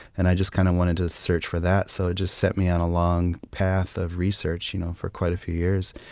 and i just kind of wanted to search for that so it just set me on a long path of research you know for quite a few years.